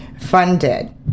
funded